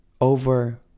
over